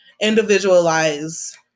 individualize